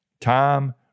time